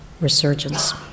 resurgence